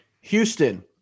Houston